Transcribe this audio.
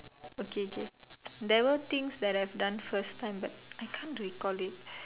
okay k there were things that I've done first time I can't recall it